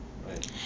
right